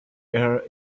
air